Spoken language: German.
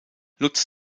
lutz